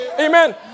Amen